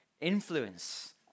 influence